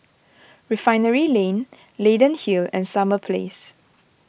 Refinery Lane Leyden Hill and Summer Place